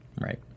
Right